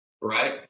right